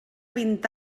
vint